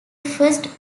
first